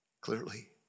clearly